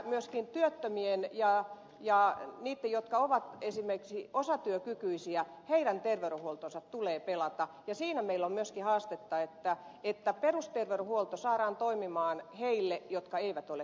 myöskin työttömien ja niiden jotka ovat esimerkiksi osatyökykyisiä terveydenhuollon tulee pelata ja myöskin siinä meillä on haastetta että perusterveydenhuolto saadaan toimimaan niille jotka eivät ole työterveyshuollon piirissä